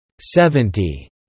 Seventy